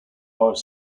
are